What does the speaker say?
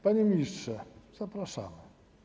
Panie ministrze, zapraszamy.